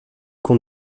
qu’on